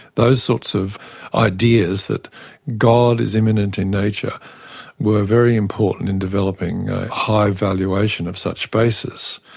those sorts of ideas that god is imminent in nature were very important in developing a high valuation of such spaces.